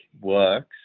works